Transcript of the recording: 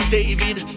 David